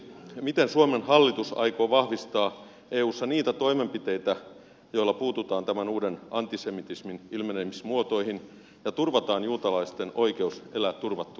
miten suomen hallitus aikoo vahvistaa eussa niitä toimenpiteitä joilla puututaan tämän uuden antisemitismin ilmenemismuotoihin ja turvataan juutalaisten oikeus elää turvattuina euroopassa